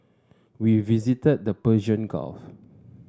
we visited the Persian Gulf